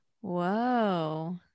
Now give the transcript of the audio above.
Whoa